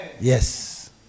yes